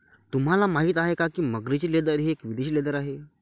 तुम्हाला माहिती आहे का की मगरीचे लेदर हे एक विदेशी लेदर आहे